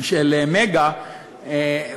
של "מגה",